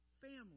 family